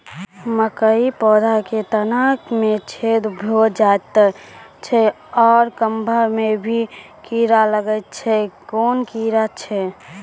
मकयक पौधा के तना मे छेद भो जायत छै आर गभ्भा मे भी कीड़ा लागतै छै कून कीड़ा छियै?